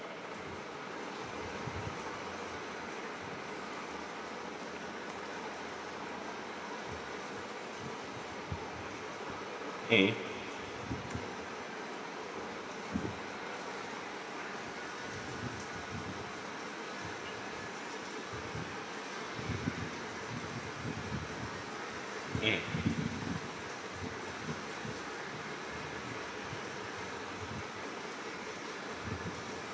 mmhmm mm